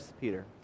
Peter